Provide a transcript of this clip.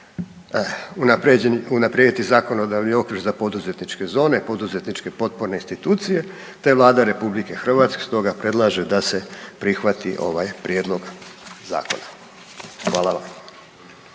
unaprijediti zakonodavni okvir za poduzetničke zone, poduzetničke potporne institucije te Vlada RH stoga predlaže da se prihvati ovaj prijedlog zakona. Hvala vam.